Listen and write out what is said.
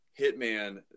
Hitman